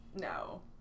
No